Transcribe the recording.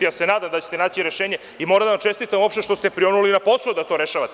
Ja se nadam da ćete naći rešenje i moram da vam čestitam uopšte što ste prionuli na posao da to rešavate.